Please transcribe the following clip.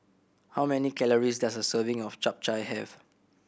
how many calories does a serving of Chap Chai have